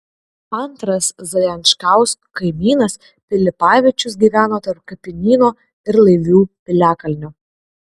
antras zajančkausko kaimynas pilipavičius gyveno tarp kapinyno ir laivių piliakalnio